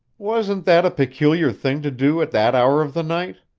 wasn't that a peculiar thing to do at that hour of the night?